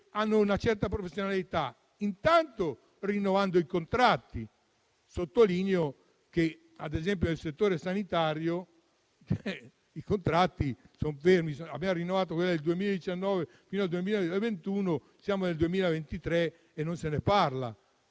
hanno una certa professionalità? Intanto, rinnovando i contratti. Sottolineo che nel settore sanitario i contratti sono fermi: è stato rinnovato quello del 2019 fino al 2021, ma siamo nel 2023 e non si parla